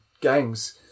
gangs